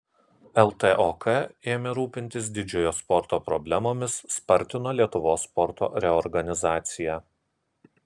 ltok ėmė rūpintis didžiojo sporto problemomis spartino lietuvos sporto reorganizaciją